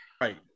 Right